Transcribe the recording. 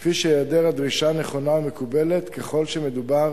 כפי שהיעדר הדרישה נכונה ומקובלת ככל שמדובר